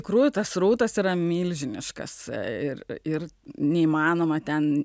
ištikrųjų tas srautas yra milžiniškas ir ir neįmanoma ten